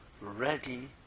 ready